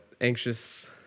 anxious